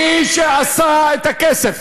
מי שעשה את הכסף